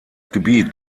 gebiet